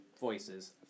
Voices